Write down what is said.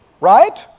Right